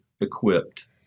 equipped